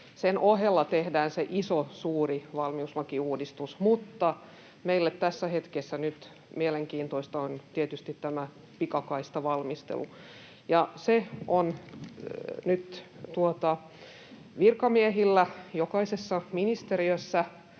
Sen ohella tehdään se iso, suuri valmiuslakiuudistus, mutta meille tässä hetkessä nyt mielenkiintoista on tietysti tämä pikakaistavalmistelu. Ja virkamiehillä on nyt jokaisessa ministeriössä